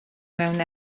mewn